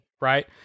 right